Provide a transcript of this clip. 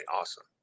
awesome